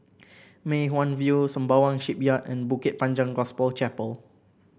Mei Hwan View Sembawang Shipyard and Bukit Panjang Gospel Chapel